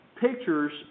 pictures